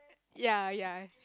ya ya